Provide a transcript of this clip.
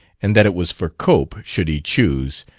and that it was for cope, should he choose,